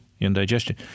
indigestion